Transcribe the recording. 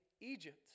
Egypt